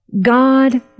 God